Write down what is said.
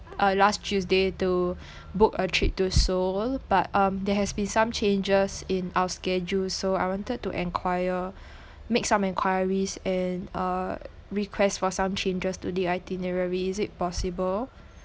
uh last tuesday to book a trip to seoul but um there has been some changes in our schedule so I wanted to enquire make some enquiries and uh request for some changes to the itinerary is it possible